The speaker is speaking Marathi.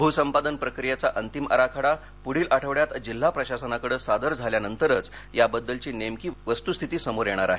भूसंपादन प्रक्रियेचा अंतिम आराखडा पुढील आठवड्यात जिल्हा प्रशासनाकडे सादर झाल्यानंतरच याबद्दलची नेमकी वस्तुस्थिती समोर येणार आहे